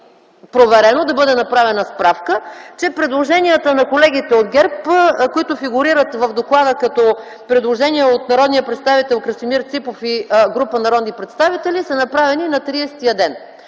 проверено, да бъде направена справка, че предложенията на колегите от ГЕРБ, които фигурират в доклада като предложения от народния представител Красимир Ципов и група народни представители, са направени на